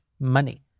money